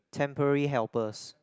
temporary helpers